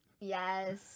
Yes